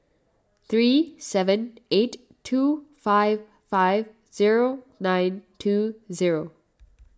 three seven eight two five five zero nine two zero